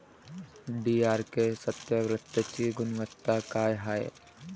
DRK सत्यात्तरची गुनवत्ता काय हाय?